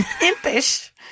impish